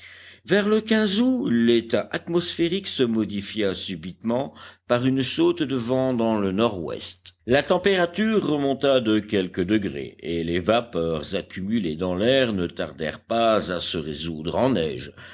vers le août l'état atmosphérique se modifia subitement par une saute de vent dans le nord-ouest la température remonta de quelques degrés et les vapeurs accumulées dans l'air ne tardèrent pas à se résoudre en neige